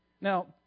Now